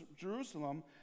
Jerusalem